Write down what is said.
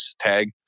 tag